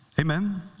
Amen